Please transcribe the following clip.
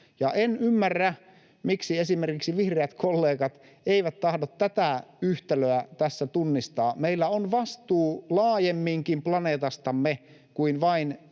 en ymmärrä, miksi esimerkiksi vihreät kollegat eivät tahdo tätä yhtälöä tässä tunnistaa. Meillä on vastuu laajemminkin planeetastamme kuin vain